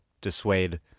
dissuade